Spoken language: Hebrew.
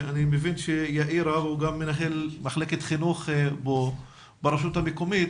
אני מבין שיאיר הוא גם מנהל מחלקת חינוך ברשות המקומית,